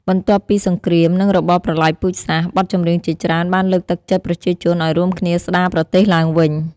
បន្ទាប់ពីសង្គ្រាម និងរបបប្រល័យពូជសាសន៍ បទចម្រៀងជាច្រើនបានលើកទឹកចិត្តប្រជាជនឱ្យរួមគ្នាស្ដារប្រទេសឡើងវិញ។